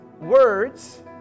words